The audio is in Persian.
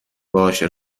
باشه